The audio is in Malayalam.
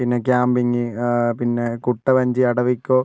പിന്നെ ക്യാമ്പിംഗ് പിന്നെ കുട്ടവഞ്ചി അടവിക്കോ